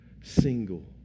single